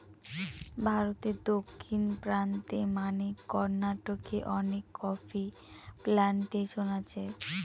ভারতে দক্ষিণ প্রান্তে মানে কর্নাটকে অনেক কফি প্লানটেশন আছে